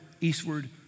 eastward